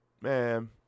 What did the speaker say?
man